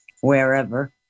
wherever